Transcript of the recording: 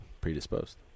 predisposed